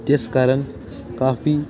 ਜਿਸ ਕਾਰਨ ਕਾਫੀ